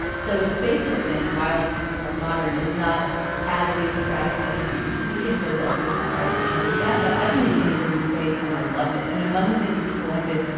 so the space at its in wild, beautiful and modern is not as idiosyncratic as i think it used to be. and philadelphians will probably tell you that. but i've only seen it in the new space and i loved it. and among the things that he collected,